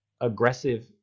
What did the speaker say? aggressive